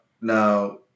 Now